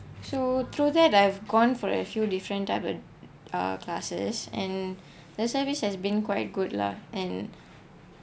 so through that I've gone for a few different type of uh classes and their service has been quite good lah and